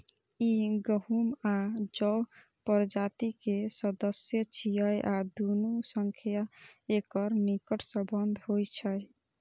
ई गहूम आ जौ प्रजाति के सदस्य छियै आ दुनू सं एकर निकट संबंध होइ छै